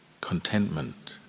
contentment